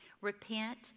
repent